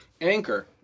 Anchor